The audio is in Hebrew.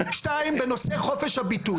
שתיים, בנושא חופש הביטוי.